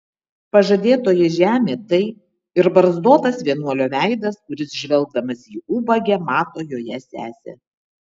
pažadėtoji žemė tai ir barzdotas vienuolio veidas kuris žvelgdamas į ubagę mato joje sesę